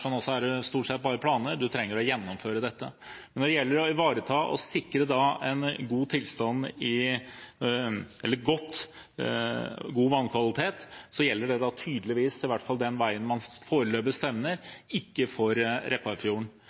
er stort sett bare planer. Man trenger å gjennomføre dette. Å ivareta og å sikre god vannkvalitet gjelder tydeligvis ikke – det er i hvert fall den veien man foreløpig stevner – for Repparfjorden.